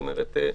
זאת אומרת,